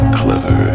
clever